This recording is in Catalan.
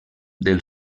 del